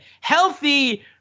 healthy